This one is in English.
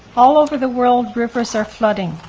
all over the world, rivers are flooding,